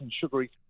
sugary